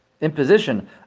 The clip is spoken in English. imposition